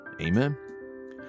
Amen